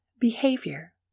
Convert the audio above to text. behavior